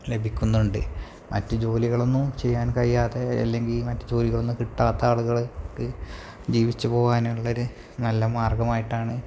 ലഭിക്കുന്നുണ്ട് മറ്റ് ജോലികളൊന്നും ചെയ്യാൻ കഴിയാതെ അല്ലെങ്കിൽ മറ്റ് ജോലികളൊന്നും കിട്ടാത്ത ആളുകള്ക്കു ജീവിച്ചു പോകാനുള്ളൊരു നല്ല മാർഗ്ഗമായിട്ടാണ്